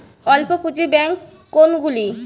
অল্প পুঁজি ব্যাঙ্ক কোনগুলি?